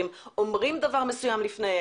האם אומרים דבר מסוים לפני,